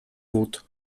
wód